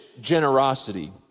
generosity